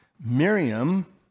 Miriam